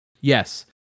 Yes